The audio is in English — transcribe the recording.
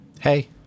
hey